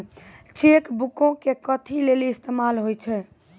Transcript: Cheque बुको के कथि लेली इस्तेमाल होय छै?